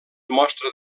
mostra